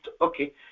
Okay